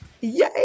Yay